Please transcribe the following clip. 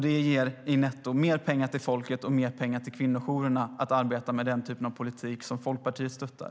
Det ger netto mer pengar till folket och mer pengar till kvinnojourerna att arbeta med den typen av politik som Folkpartiet stöttar.